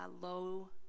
low